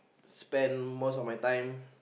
spend most of my time